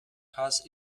has